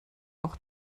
auch